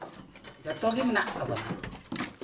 ᱡᱚᱛᱚ ᱜᱮ ᱢᱮᱱᱟᱜ ᱛᱟᱵᱚᱱᱟ